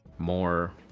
More